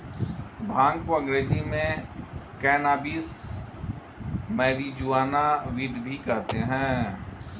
भांग को अंग्रेज़ी में कैनाबीस, मैरिजुआना, वीड भी कहते हैं